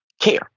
care